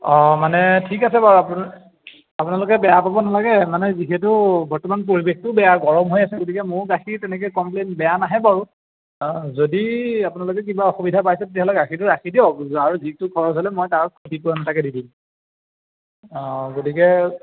অঁ মানে ঠিক আছে বাৰু আপ আপোনালোকে বেয়া পাব নালাগে মানে যিহেতু বৰ্তমান পৰিৱেশটো বেয়া গৰম হৈ আছে গতিকে মোৰ গাখীৰ তেনেকৈ কমপ্লেইন বেয়া নাহে বাৰু যদি আপোনালোকে কিবা অসুবিধা পাইছে তেতিয়াহ'লে গাখীৰটো ৰাখি দিয়ক আৰু যিটো খৰচ হ'লে মই তাৰ ক্ষতিপূৰণ এটাকে দি দিম অঁ গতিকে